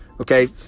okay